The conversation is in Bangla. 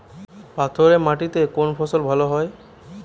পাথরে মাটিতে কোন ফসল ভালো হয়?